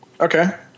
Okay